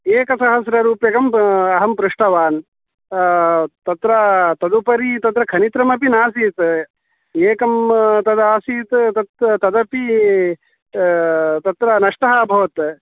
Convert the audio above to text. एकसहस्ररूप्यकं अहं पृष्टवान् तत्र तदुपरि तत्र खनित्रमपि नासीत् एकं तदासीत् तत् तदपि तत्र नष्टः अभवत्